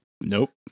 Nope